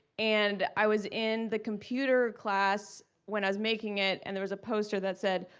and i was in the computer class when i was making it, and there was a poster that said,